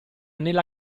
nella